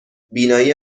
بینایی